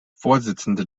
vorsitzende